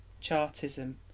Chartism